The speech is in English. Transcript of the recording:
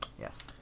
Yes